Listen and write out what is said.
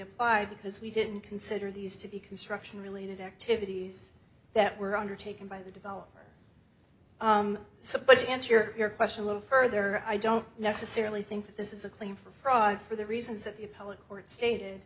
apply because we didn't consider these to be construction related activities that were undertaken by the developer so but to answer your question a little further i don't necessarily think that this is a claim for fraud for the reasons that the appellate court stated